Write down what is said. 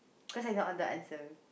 cause I know all the answer